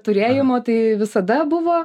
turėjimo tai visada buvo